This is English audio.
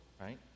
Right